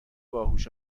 باهوش